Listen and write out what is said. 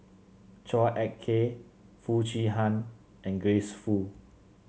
Chua Ek Kay Foo Chee Han and Grace Fu